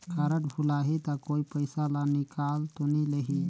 Card भुलाही ता कोई पईसा ला निकाल तो नि लेही?